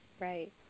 Right